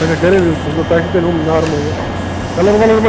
اچھا گریلوٗ یوٗز خٲطرٕ گوٚو تۄہہِ چھو تیٚلہِ ہُم نارمَلے کلر ولر مہَ